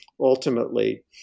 ultimately